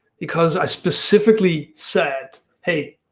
because i specifically said hey,